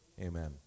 amen